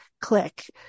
click